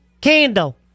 Candle